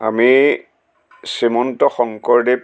আমি শ্ৰীমন্ত শংকৰদেৱ